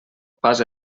pas